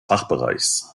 fachbereichs